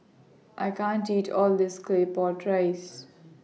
I can't eat All of This Claypot Rice